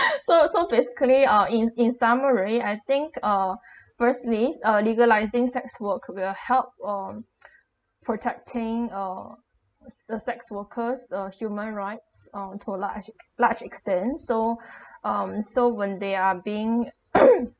so so basically uh in in summary I think uh firstly is uh legalising sex work will help on protecting uh s~ the sex workers uh human rights onto large large extent so um so when they are being